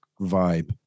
vibe